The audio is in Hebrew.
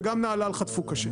וגם נהלל חטפו קשה,